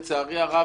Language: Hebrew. לצערי הרב,